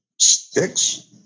Sticks